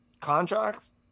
contracts